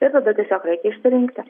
ir tada tiesiog reikia išsirinkti